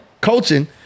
Coaching